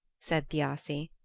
said thiassi.